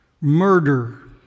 murder